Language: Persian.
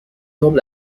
مبل